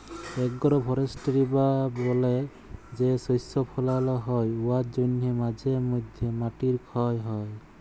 agro forestry বা বলে যে শস্য ফলাল হ্যয় উয়ার জ্যনহে মাঝে ম্যধে মাটির খ্যয় হ্যয়